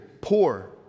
poor